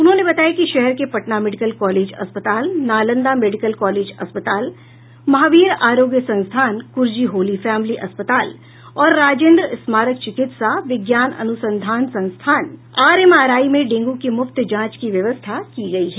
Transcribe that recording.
उन्हेंने बताया कि शहर के पटना मेडिकल कॉलेज अस्पताल नालंदा मेडिकल कॉलेज अस्पताल महावीर आरोग्य संस्थान कुर्जी होली फैमिली अस्पताल और राजेन्द्र स्मारक चिकित्सा विज्ञान अनुसंधान संस्थान आरएमआरआई में डेंगू की मुफ्त जांच की व्यवस्था की गयी है